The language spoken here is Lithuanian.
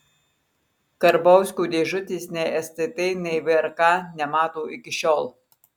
karbauskio dėžutės nei stt nei vrk nemato iki šiol